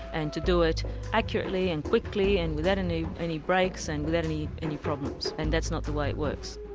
and to do it accurately and quickly and without any any breaks and without any any problems, and that's not the way it works.